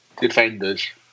defenders